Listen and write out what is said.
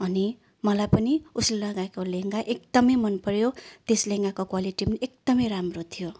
अनि मलाई पनि उसले लगाएको लेहङ्गा एकदमै मनपर्यो त्यस लेहङ्गाको क्वालिटी पनि एकदमै राम्रो थियो